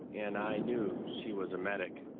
and i knew she was a medic,